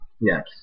Yes